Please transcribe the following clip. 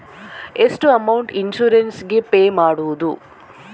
ಎಷ್ಟು amount insurance ಗೇ pay ಮಾಡುವುದು?